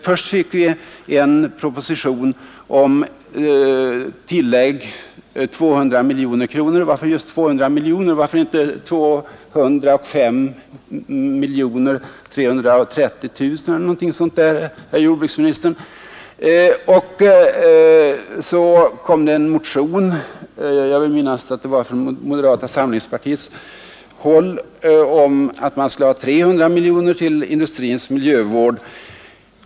Först fick vi en proposition, där det föreslogs 200 miljoner kronor. Varför just 200 miljoner? Varför inte 205 330 000 kronor eller någonting sådant, herr jordbruksminister? Så kom det en motion — jag vill minnas att det var från moderata samlingspartiet — om att man borde öka på med 100 miljoner och ge 300 miljoner kronor till industrins miljövård.